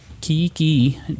Kiki